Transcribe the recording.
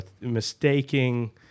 mistaking